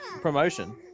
promotion